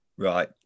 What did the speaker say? Right